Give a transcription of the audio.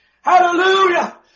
Hallelujah